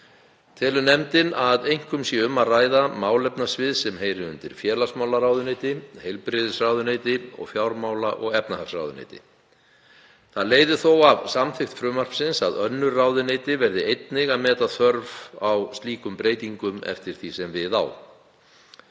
Telur nefndin að einkum sé um að ræða málefnasvið sem heyri undir félagsmálaráðuneyti, heilbrigðisráðuneyti og fjármála- og efnahagsráðuneyti. Það leiði þó af samþykkt frumvarpsins að önnur ráðuneyti verði einnig að meta þörf á slíkum breytingum eftir því sem við á.